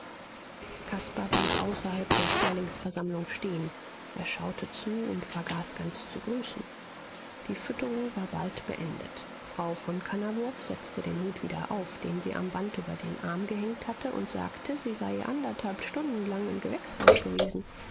caspar blieb außerhalb der sperlingsversammlung stehen er schaute zu und vergaß ganz zu grüßen die fütterung war bald beendet frau von kannawurf setzte den hut wieder auf den sie am band über den arm gehängt hatte und sagte sie sei anderthalb stunden lang im gewächshaus gewesen